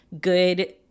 good